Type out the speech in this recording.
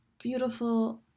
beautiful